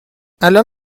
الان